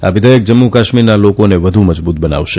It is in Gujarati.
આ વિધેયક જમ્મુ કાશ્મીરના લોકોને વધુ મજબુત બનાવશે